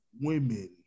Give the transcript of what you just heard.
women